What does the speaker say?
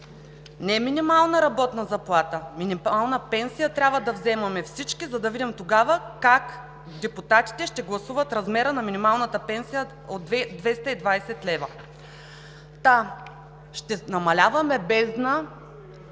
„не минимална работна заплата, минимална пенсия трябва да вземаме всички, за да видим тогава как депутатите ще гласуват размера на минималната пенсия от 220 лв.“. Ще намаляваме бездна,